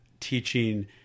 teaching